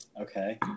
okay